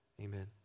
Amen